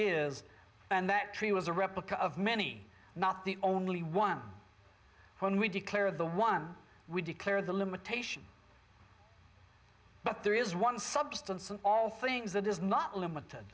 is and that tree was a replica of many not the only one when we declare the one we declare the limitation but there is one substance and all things that is not limited